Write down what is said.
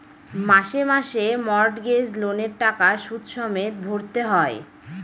মাসে মাসে মর্টগেজ লোনের টাকা সুদ সমেত ভরতে হয়